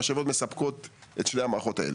המשאבות מספקות את שתי המערכות האלה.